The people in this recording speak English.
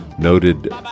Noted